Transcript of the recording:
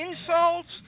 insults